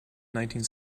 nineteen